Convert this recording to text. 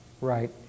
Right